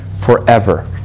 forever